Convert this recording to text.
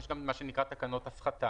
יש גם מה שנקרא תקנות הפחתה.